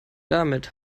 damit